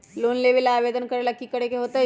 Loan लेबे ला आवेदन करे ला कि करे के होतइ?